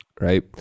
right